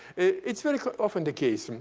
it's very often the case.